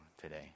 today